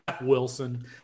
Wilson